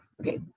okay